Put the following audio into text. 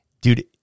dude